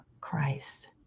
Christ